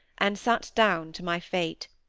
and sate down to my fate.